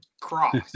cross